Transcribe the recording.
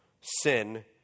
sin